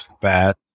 bad